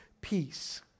peace